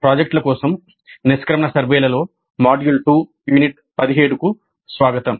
ప్రాజెక్టుల కోసం నిష్క్రమణ సర్వేలలో మాడ్యూల్ 2 యూనిట్ 17 కు స్వాగతం